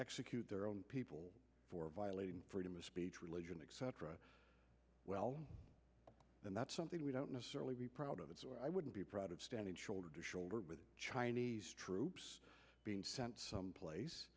execute their own people for violating freedom of speech religion etc well then that's something we don't necessarily be proud of it so i wouldn't be proud of standing shoulder to shoulder with chinese troops being sent someplace